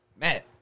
Matt